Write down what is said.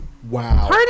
Wow